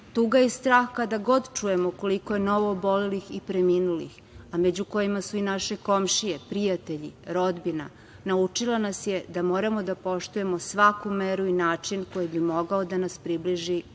Tuga i strah kada god čujemo koliko je novo obolelih i preminulih, a među kojima su i naše komšije, prijatelji, rodbina, naučila nas je da moramo da poštujemo svaku meru i način koji bi mogao da nas približi